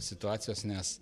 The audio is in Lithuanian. situacijos nes